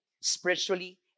spiritually